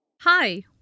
Hi